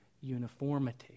uniformity